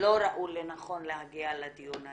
לא ראו לנכון להגיע לדיון הזה,